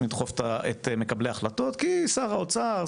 לדחוף את מקבלי ההחלטות כי שר האוצר,